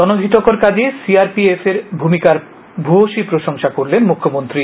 জনহিতকর কাজে C R P F এর ভূমিকার ভূমসী প্রশংসা করলেন মুখ্যমন্ত্রী